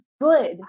good